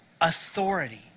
authority